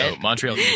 Montreal